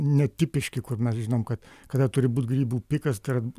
netipiški kur mes žinom kad kada turi būt grybų pikas tai yra